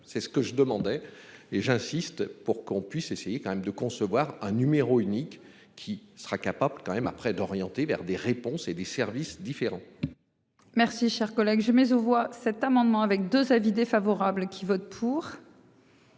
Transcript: sais ce que je demandais. Et j'insiste pour qu'on puisse essayer quand même de concevoir un numéro unique qui sera capable quand même après d'orienter vers des réponses et des services différents. Merci, chers collègues, je mais aux voit cet amendement avec 2 avis défavorables qui vote pour.